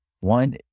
One